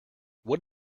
what